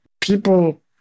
people